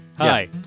Hi